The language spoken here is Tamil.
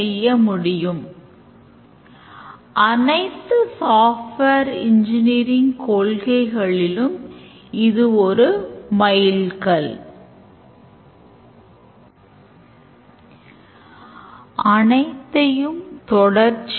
எனவே softwareல் ஒவ்வொரு பேராசிரியரும் அவர் கற்பிக்கப் போகும் பாட விவரங்களை உள்ளிடுவார் பின்னர் பேராசிரியர்கள் அவர்கள் கற்பிக்கும் coursesஐ enter செய்ததும் மாணவர்கள் நான்கு பாடநெறிகளைத் முடிந்ததும் registration system billing systemக்கு தகவல் அனுப்புகிறது